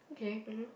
mmhmm